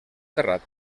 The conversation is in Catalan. terrat